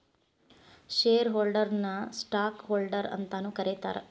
share ಹೋಲ್ಡರ್ನ ನ stock holder ಅಂತಾನೂ ಕರೇತಾರ